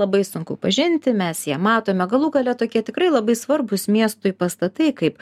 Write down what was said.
labai sunku pažinti mes ją matome galų gale tokie tikrai labai svarbūs miestui pastatai kaip